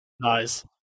Nice